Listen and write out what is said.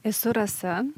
esu rasa